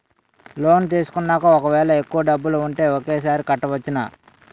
Loan తీసుకున్నాక ఒకవేళ ఎక్కువ డబ్బులు ఉంటే ఒకేసారి కట్టవచ్చున?